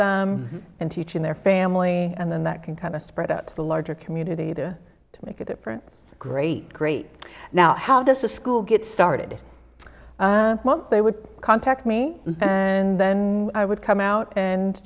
them and teaching their family and then that can kind of spread out to the larger community to make a difference great great now how does a school get started once they would contact me and then i would come out and